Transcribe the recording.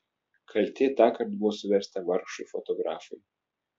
kaltė tąkart buvo suversta vargšui fotografui